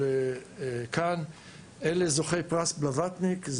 אלה זוכי פרס "בלווטניק".